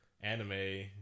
anime